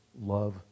love